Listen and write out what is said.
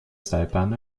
seilbahn